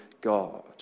God